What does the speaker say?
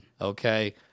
Okay